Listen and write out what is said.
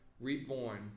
reborn